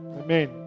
Amen